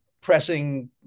pressing